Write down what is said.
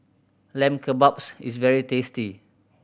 Lamb Kebabs is very tasty